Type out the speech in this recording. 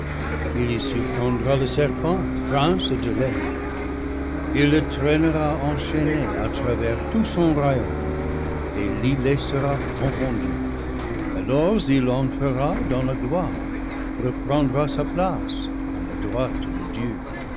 surprendra le serpent prince de l'air il le traînera enchaîné à travers tout son royaume et l'y laissera confondu alors il entrera dans la gloire reprendra sa place à la droite de dieu